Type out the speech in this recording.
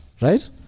right